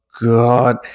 God